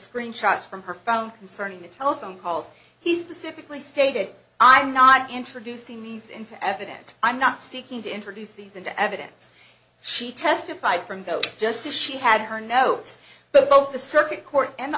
screenshots from her phone concerning the telephone call he specifically stated i'm not introducing these into evidence i'm not seeking to introduce these into evidence she testified from those just as she had her notes but both the circuit court and